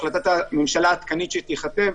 החלטת הממשלה העדכנית שתיכתב,